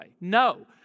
No